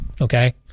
Okay